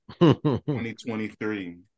2023